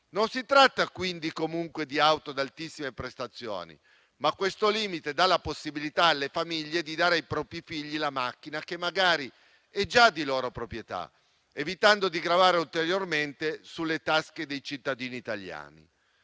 Non si tratta comunque di auto ad altissime prestazioni: questo limite dà la possibilità alle famiglie di dare ai propri figli la macchina, che magari è già di loro proprietà, evitando di gravare ulteriormente sulle tasche dei cittadini italiani.